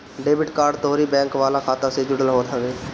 debit card तोहरी bank वाला खाता से जुड़ल होत हवे